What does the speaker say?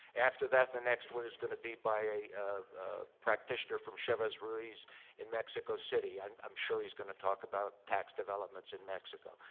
after that, the next one is gonna be by a practitioner from chevez ruiz in mexico city. and i'm sure he's gonna talk about tax developments in mexico.